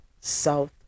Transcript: South